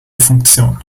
funktion